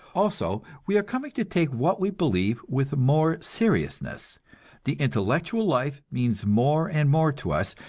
also we are coming to take what we believe with more seriousness the intellectual life means more and more to us,